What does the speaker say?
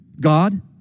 God